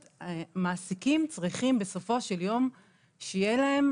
מעסיקים צריכים בסופו של יום שיהיה להם